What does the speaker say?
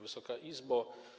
Wysoka Izbo!